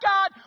God